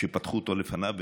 שפתחו אותו לפניו,